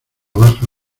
baja